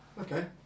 okay